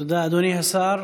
תודה, אדוני השר.